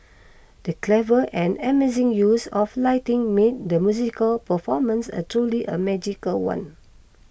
the clever and amazing use of lighting made the musical performance a truly a magical one